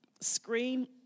screen